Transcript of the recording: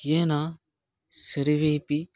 येन सर्वेऽपि